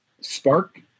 Spark